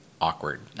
awkward